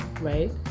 right